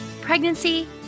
Pregnancy